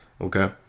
okay